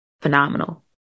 Phenomenal